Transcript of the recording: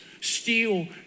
Steal